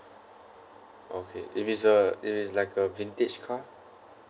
okay if it's a if it's like a vintage car